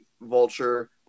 vulture